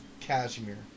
Cashmere